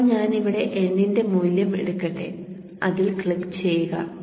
ഇപ്പോൾ ഞാൻ ഇവിടെ n ന്റെ മൂല്യം എടുക്കട്ടെ അതിൽ ക്ലിക്ക് ചെയ്യുക